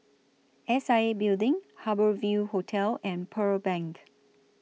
S I A Building Harbour Ville Hotel and Pearl Bank